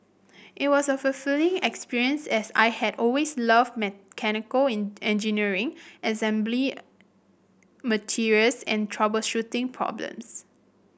it was a fulfilling experience as I had always loved mechanical in engineering assembling materials and troubleshooting problems